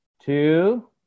two